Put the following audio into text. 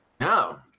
No